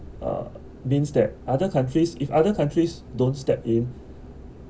uh means that other countries if other countries don't step in